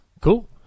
Cool